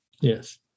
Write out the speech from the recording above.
Yes